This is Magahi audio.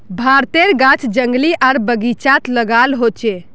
भारतेर गाछ जंगली आर बगिचात लगाल होचे